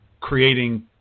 creating